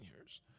years